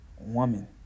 woman